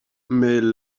mais